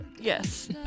Yes